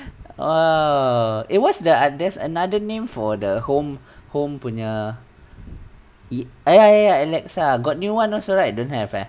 oh it was the there's another name for the home home punya e~ eh ya ya ya alexa got new one also right don't have ah